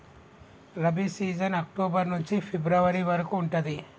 rabi season October నుంచి February వరకు ఉంటది